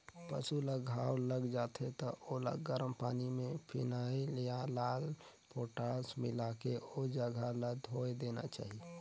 पसु ल घांव लग जाथे त ओला गरम पानी में फिनाइल या लाल पोटास मिलायके ओ जघा ल धोय देना चाही